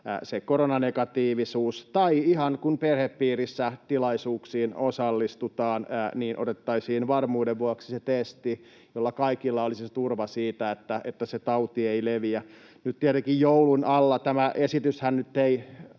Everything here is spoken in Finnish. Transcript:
se koronanegatiivisuus, tai ihan kun perhepiirissä tilaisuuksiin osallistutaan, niin otettaisiin varmuuden vuoksi se testi, jotta kaikilla olisi turva siitä, että se tauti ei leviä. Nyt tietenkin joulun alla — tämä esityshän nyt ei